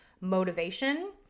motivation